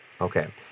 Okay